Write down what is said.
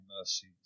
mercy